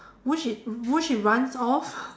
which it which it runs off